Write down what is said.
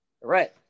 Right